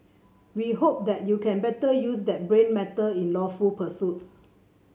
we hope that you can better use that brain matter in lawful pursuits